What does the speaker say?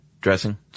dressing